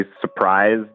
surprised